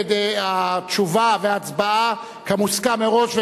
התשובה וההצבעה כמוסכם מראש,